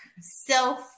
Self